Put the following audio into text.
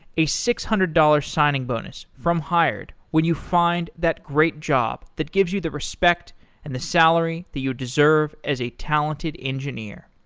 a six hundred dollars signing bonus from hired when you find that great job that gives you the respect and the salary that you deserve as a talented engineer.